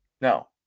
No